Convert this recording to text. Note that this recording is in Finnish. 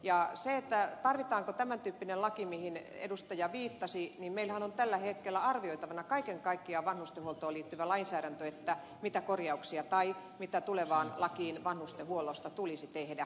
ja se tarvitaanko tämän tyyppinen laki mihin edustaja viittasi niin meillähän on tällä hetkellä arvioitavana kaiken kaikkiaan vanhustenhuoltoon liittyvä lainsäädäntö että mitä korjauksia tulevaan lakiin vanhustenhuollosta tulisi tehdä